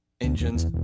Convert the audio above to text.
engines